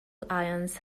ions